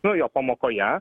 nu jo pamokoje